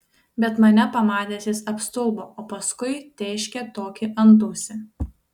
bet mane pamatęs jis apstulbo o paskui tėškė tokį antausį